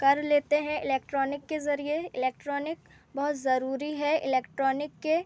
कर लेते हैं इलेक्ट्रॉनिक के ज़रिए इलेक्ट्रॉनिक बहुत ज़रूरी है इलेक्ट्रॉनिक के